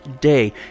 day